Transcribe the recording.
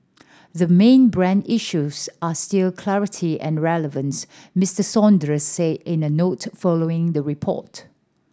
the main brand issues are still clarity and relevance Mister Saunders said in a note following the report